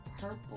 Purple